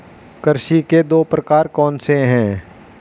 कृषि के दो प्रकार कौन से हैं?